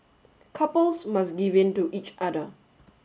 couples must give in to each other